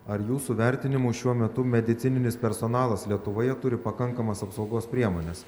ar jūsų vertinimu šiuo metu medicininis personalas lietuvoje turi pakankamas apsaugos priemones